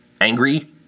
angry